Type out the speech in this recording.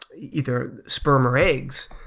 either sperm or eggs,